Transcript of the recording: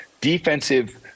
defensive